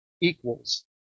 equals